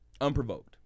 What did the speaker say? unprovoked